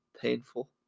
Painful